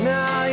Now